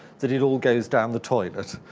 that it all goes down the toilet.